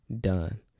done